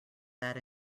that